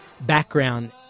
background